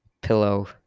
pillow